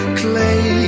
clay